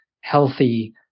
healthy